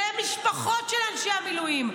למשפחות של אנשי המילואים.